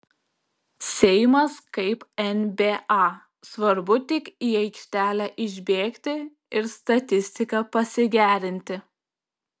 seimas kaip nba svarbu tik į aikštelę išbėgti ir statistiką pasigerinti